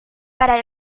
para